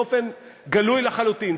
באופן גלוי לחלוטין,